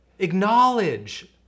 Acknowledge